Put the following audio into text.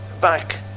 back